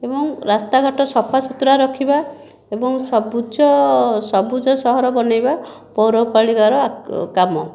ଏବଂ ରାସ୍ତାଘାଟ ସଫା ସୁତୁରା ରଖିବା ଏବଂ ସବୁଜ ସବୁଜ ସହର ବନାଇବା ପୌରପାଳିକାର କାମ